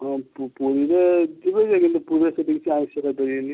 ହଁ ପୁରୀରେ ଯିବେ ଯେ କିନ୍ତୁ ପୁରୀରେ ସେଠି କିଛି ଆଇଁଷ ଖାଇପାରିବେନି